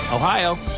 Ohio